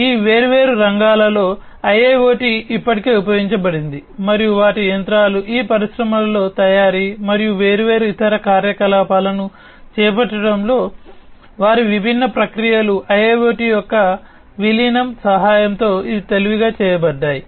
కాబట్టి ఈ వేర్వేరు రంగాలలో IIoT ఇప్పటికే ఉపయోగించబడింది మరియు వాటి యంత్రాలు ఈ పరిశ్రమలలో తయారీ మరియు వేర్వేరు ఇతర కార్యకలాపాలను చేపట్టడంలో వారి విభిన్న ప్రక్రియలు IIoT యొక్క విలీనం సహాయంతో ఇవి తెలివిగా చేయబడ్డాయి